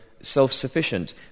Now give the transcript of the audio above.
self-sufficient